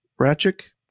Ratchik